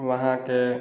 वहाँ के